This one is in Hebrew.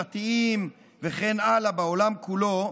דתיים וכן הלאה בעולם כולו,